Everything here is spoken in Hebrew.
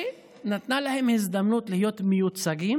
היא נתנה להם הזדמנות להיות מיוצגים